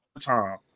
time